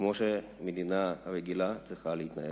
כמו שמדינה רגילה צריכה להתנהל.